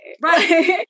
right